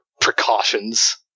precautions